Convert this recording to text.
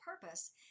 purpose